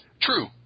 True